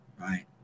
right